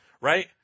right